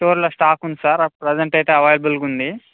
స్టోర్లో స్టాక్ ఉంది sir present అయితే అవైలబుల్గా ఉంది